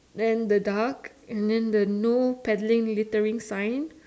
then the duck and then the no paddling littering sign